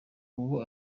ubu